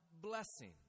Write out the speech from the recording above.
blessing